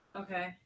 Okay